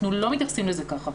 אנחנו לא מתייחסים לזה כך.